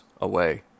away